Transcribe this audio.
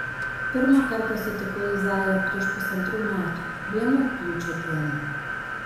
pirmą kartą sutikau izaiją prieš pusantrų metų vieną rugpjūčio dieną